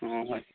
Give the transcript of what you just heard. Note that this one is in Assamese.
অঁ হয়